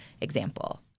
example